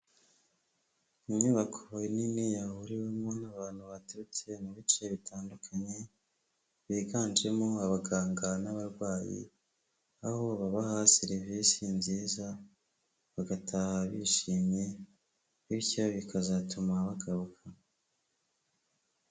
Inyubako nini yahuriwemo n'abantu baturutse mu bice bitandukanye, biganjemo abaganga n'abarwayi, aho babaha serivisi nziza, bagataha bishimye bityo bikazatuma bagaruka.